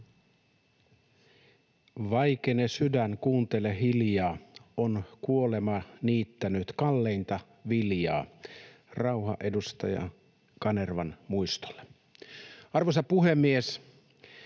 ”Vaikene sydän, kuuntele hiljaa, on kuolema niittänyt kalleinta viljaa.” Rauha edustaja Kanervan muistolle. Arvoisa puhemies!